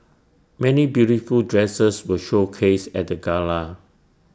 many beautiful dresses were showcased at the gala